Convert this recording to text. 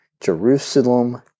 Jerusalem